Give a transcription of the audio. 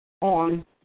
on